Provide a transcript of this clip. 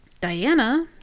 Diana